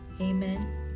Amen